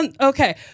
Okay